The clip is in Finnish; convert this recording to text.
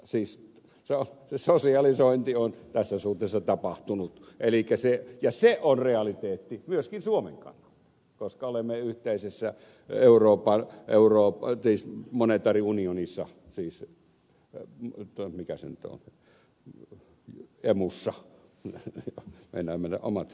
siis sosialisointi on tässä suhteessa tapahtunut ja se on realiteetti myöskin suomen kannalta koska olemme yhteisessä monetaariunionissa mikä se nyt on emussa meinaa mennä omat sanat sekaisin